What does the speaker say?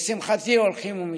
לשמחתי, הולכים ומתרחקים.